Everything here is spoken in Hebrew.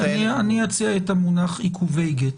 אני אציע את המונח עיכובי גט,